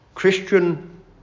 Christian